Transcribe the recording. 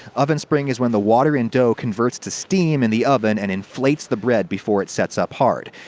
oven spring is when the water in dough converts to steam in the oven and inflates the bread before it set so up hard.